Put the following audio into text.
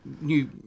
new